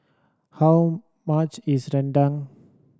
how much is rendang